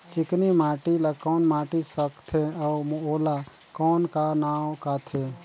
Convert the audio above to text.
चिकनी माटी ला कौन माटी सकथे अउ ओला कौन का नाव काथे?